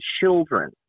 children